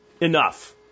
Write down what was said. Enough